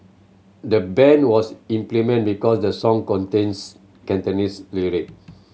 the ban was implemented because the song contains Cantonese lyric